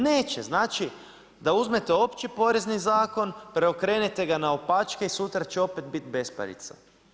Neće, znači, da uzmete Opći porezni zakon, preokrenete ga naopačke i sutra će opet biti besparice.